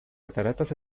cataratas